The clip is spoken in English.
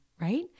right